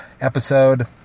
episode